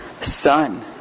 son